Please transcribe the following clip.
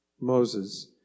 Moses